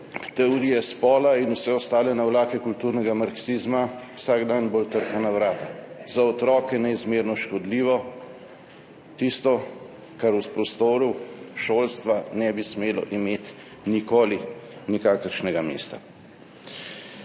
teorije spola in vse ostale navlake kulturnega marksizma vsak dan bolj trka na vrata – za otroke neizmerno škodljivo, tisto, kar v prostoru šolstva ne bi smelo imeti nikoli nikakršnega mesta.